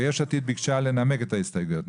ויש עתיד ביקשה לנמק את ההסתייגויות,